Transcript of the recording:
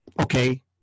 okay